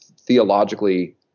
theologically